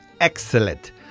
Excellent